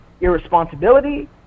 irresponsibility